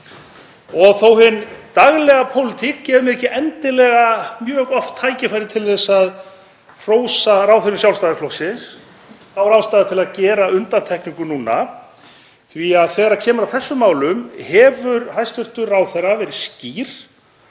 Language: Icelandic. og þó að hin daglega pólitík gefi mér ekki endilega mjög gott tækifæri til að hrósa ráðherrum Sjálfstæðisflokksins þá er ástæða til að gera undantekningu núna því að þegar kemur að þessum málum hefur hæstv. ráðherra verið skýr